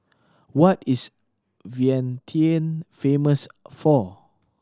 what is Vientiane famous for